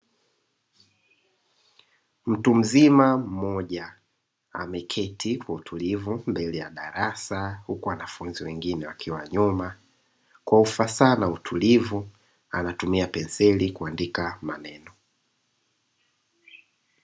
mtu mzima ameketi kwa utulivu mbele ya darasa huku wanafunzi wengine wakiwa nyuma kwa ufasaha na utulivu anatumia penseli kuandika maneno.